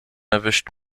erwischt